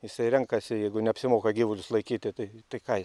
jisai renkasi jeigu neapsimoka gyvulius laikyti tai tai ką